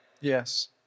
Yes